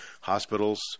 Hospitals